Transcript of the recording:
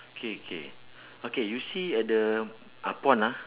K K okay you see at the ah pond ah